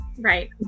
Right